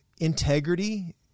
integrity